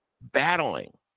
battling